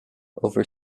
over